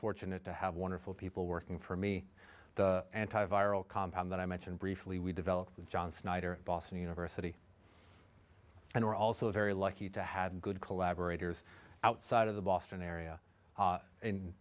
fortunate to have wonderful people working for me the anti viral compound that i mentioned briefly we developed with john snyder boston university and we're also very lucky to have good collaborators outside of the boston area